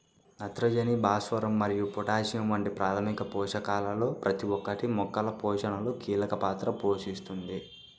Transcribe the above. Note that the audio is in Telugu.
నత్రజని, భాస్వరం మరియు పొటాషియం వంటి ప్రాథమిక పోషకాలలో ప్రతి ఒక్కటి మొక్కల పోషణలో కీలక పాత్ర పోషిస్తుంది